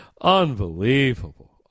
Unbelievable